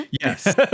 Yes